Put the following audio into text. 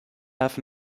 have